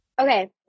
Okay